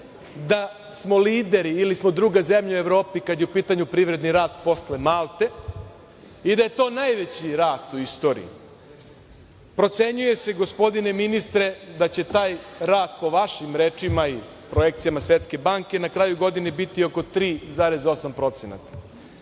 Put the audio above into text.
da smo lideri ili smo druga zemlja u Evropi kad je u pitanju privredni rast posle Malte i da je to najveći rast u istoriji. Procenjuje se, gospodine ministre, da će taj rast, po vašim rečima i projekcijama Svetske banke, na kraju godine biti oko 3,8%.